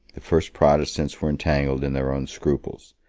the first protestants were entangled in their own scruples,